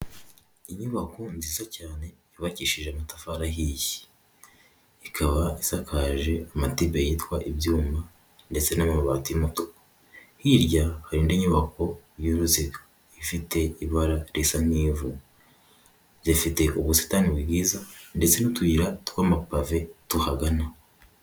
Inyubako nziza cyane yubakishije amatafari ahiye ikaba isakaje amatibe yitwa ibyuma ndetse n'amabati mato hirya hari ndi nyubako yuruziga ifite ibara risa nk'ivu rifite ubusitani bwiza ndetse n'utuyira tw'amapave tuhagana.